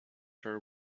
her